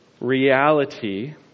reality